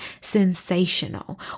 sensational